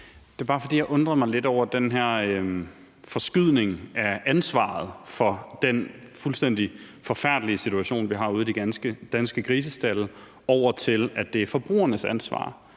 Det er bare, fordi jeg undrede mig lidt over den her forskydning af ansvaret for den fuldstændig forfærdelige situation, vi har ude i de danske grisestalde, over til, at det er forbrugernes ansvar